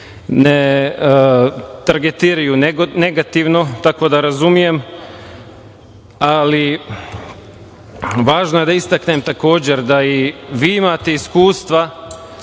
ne targetiraju negativno, tako da razumem, ali važno je da istaknem takođe da i vi imate iskustva